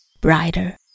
brighter